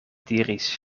diris